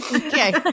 Okay